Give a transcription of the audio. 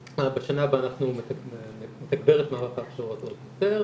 בשנה הבאה אנחנו נתגבר את מערך ההכשרות עוד יותר,